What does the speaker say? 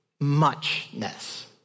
muchness